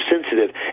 sensitive